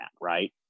right